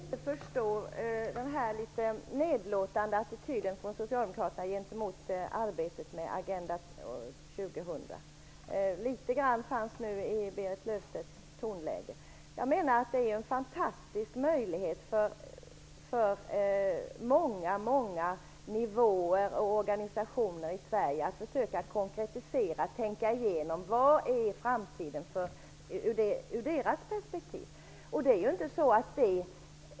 Fru talman! Jag kan egentligen inte förstå den litet nedlåtande attityden från socialdemokraterna gentemot arbetet med Agenda 2000. Litet av det kunde spåras i Berit Löfstedts tonläge. Det är en fantastisk möjlighet för många organisationer på olika nivåer i Sverige att försöka konkretisera och tänka igenom hur framtiden kommer att gestalta sig sett ur deras perspektiv.